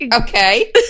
Okay